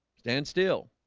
stand still